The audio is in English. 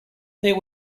there